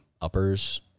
uppers